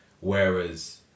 Whereas